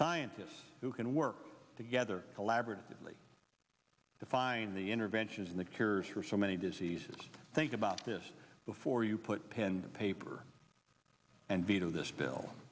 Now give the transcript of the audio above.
scientists who can work together collaboratively the fine the intervention the cures for so many diseases think about this before you put pen to paper and veto this bill